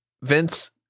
Vince